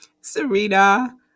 Serena